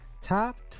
top